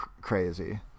crazy